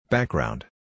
Background